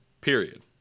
Period